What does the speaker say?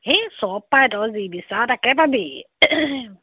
সেই চব পায় তই যি বিচাৰ তাকেই পাবি